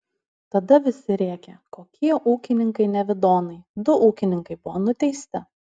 tada visi rėkė kokie ūkininkai nevidonai du ūkininkai buvo nuteisti